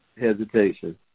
hesitation